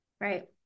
Right